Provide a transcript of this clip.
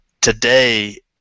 today